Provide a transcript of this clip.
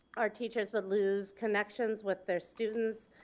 our teachers would lose connections with their students,